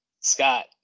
Scott